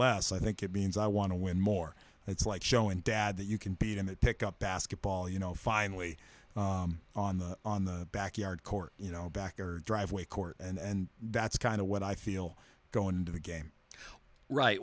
less i think it means i want to win more it's like showing dad that you can beat him and pick up basketball you know finally on the on the backyard court you know back or driveway court and that's kind of what i feel going into the game right